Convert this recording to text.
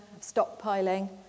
stockpiling